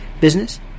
business